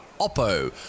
Oppo